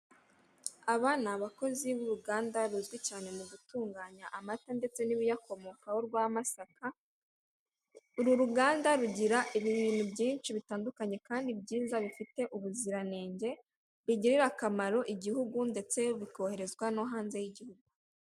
Aba ni abakozi b'uruganda ruzwi cyane mu gutunganya amata ndetse n'ibiyakomokaho rwa Masaka, uru ruganda rugira ibintu byinshi bitandukanye kandi byiza bifite ubuziranenge, bigirira akamaro igihugu ndetse bikoherezwa no hanze y'igihugu.